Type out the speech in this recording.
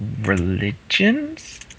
Religions